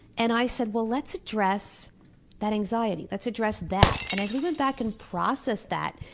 and i said, well, let's address that anxiety. let's address that. and as we went back and processed that,